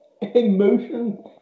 emotion